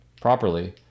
properly